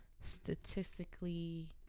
statistically